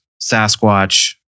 Sasquatch